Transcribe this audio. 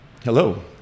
Hello